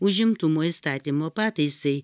užimtumo įstatymo pataisai